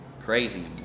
crazy